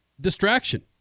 distraction